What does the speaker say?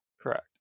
correct